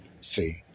See